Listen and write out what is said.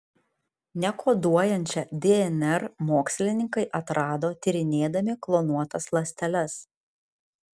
nekoduojančią dnr mokslininkai atrado tyrinėdami klonuotas ląsteles